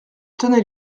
tenait